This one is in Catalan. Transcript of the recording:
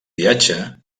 viatge